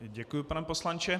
Děkuju pane poslanče.